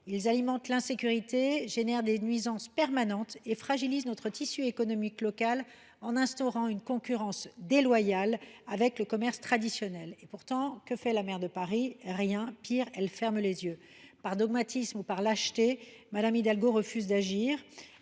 Ils alimentent l’insécurité, entraînent des nuisances permanentes et fragilisent notre tissu économique local en instaurant une concurrence déloyale avec le commerce traditionnel. Pourtant, que fait la maire de Paris ? Rien ! Pis, elle ferme les yeux. Par dogmatisme ou par lâcheté, Mme Hidalgo refuse d’agir.